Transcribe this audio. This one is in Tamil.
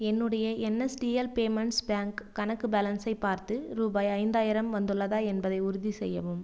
என்னுடைய என்எஸ்டிஎல் பேமெண்ட்ஸ் பேங்க் கணக்கு பேலன்ஸை பார்த்து ரூபாய் ஐந்தாயிரம் வந்துள்ளதா என்பதை உறுதி செய்யவும்